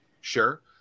Sure